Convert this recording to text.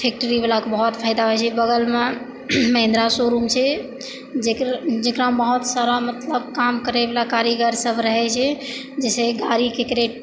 फैक्ट्रीवला के बहुत फाइदा होइ छै बगलमे महिन्द्रा शोरूम छै जकर जकरामे बहुत सारा मतलब काम करैवला कारीगर सभ रहै छै जेसे गाड़ीके